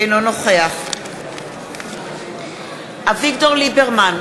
אינו נוכח אביגדור ליברמן,